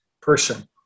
person